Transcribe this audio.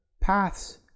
paths